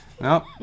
No